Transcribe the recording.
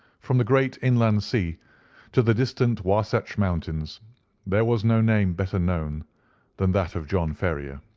from the great inland sea to the distant wahsatch mountains there was no name better known than that of john ferrier.